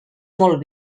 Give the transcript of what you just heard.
molt